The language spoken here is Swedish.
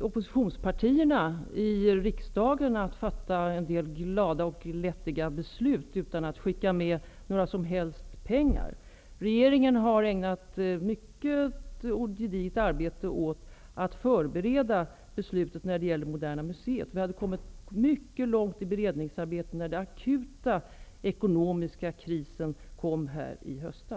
oppositionspartierna i riksdagen att fatta glada och glättiga beslut utan att skicka med några som helst pengar. Regeringen har ägnat ett mycket gediget arbete åt att förbereda beslutet om Moderna museet. Vi hade kommit mycket långt i beredningsarbetet när den akuta ekonomiska krisen kom i höst.